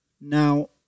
Now